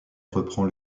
reprend